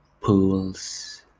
Pools